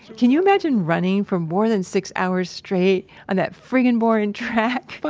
can you imagine running for more than six hours straight on that frickin' boring track? but